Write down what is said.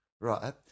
Right